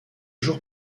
jours